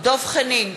דב חנין,